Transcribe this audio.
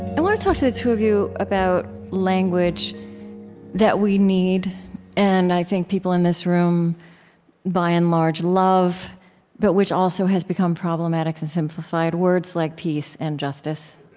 want to talk to the two of you about language that we need and, i think, people in this room by and large love but which also has become problematic and simplified words like peace and justice.